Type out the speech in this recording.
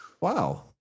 Wow